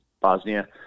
Bosnia